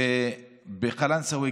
בקלנסווה,